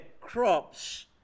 crops